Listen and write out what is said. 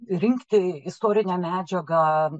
rinkti istorinę medžiagą